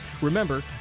Remember